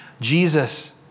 Jesus